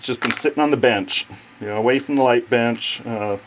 been sitting on the bench you know away from the light bench